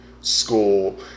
school